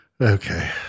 Okay